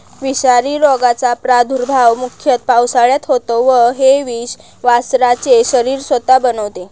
विषारी रोगाचा प्रादुर्भाव मुख्यतः पावसाळ्यात होतो व हे विष वासरांचे शरीर स्वतः बनवते